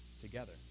together